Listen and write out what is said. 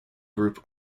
group